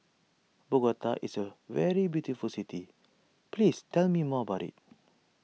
Bogota is a very beautiful city please tell me more about it